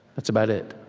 that's about it